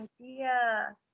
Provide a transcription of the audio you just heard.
idea